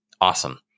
awesome